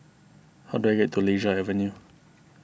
how do I get to Lasia Avenue